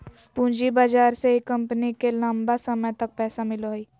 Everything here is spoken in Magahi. पूँजी बाजार से ही कम्पनी के लम्बा समय तक पैसा मिलो हइ